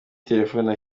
telefoni